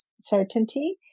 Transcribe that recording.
certainty